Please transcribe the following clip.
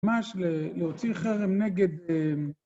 ממש להוציא חרם נגד...